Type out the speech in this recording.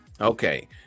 Okay